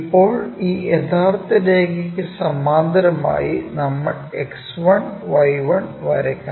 ഇപ്പോൾ ഈ യഥാർത്ഥ രേഖയ്ക്ക് സമാന്തരമായി നമ്മൾ X1 Y1 വരയ്ക്കണം